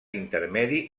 intermedi